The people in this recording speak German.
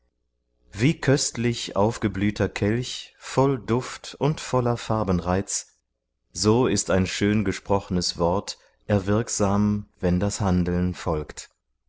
wie köstlich aufgeblühter kelch voll duft und voller farbenreiz so ist ein schön gesprochnes wort erwirksam wenn das handeln folgt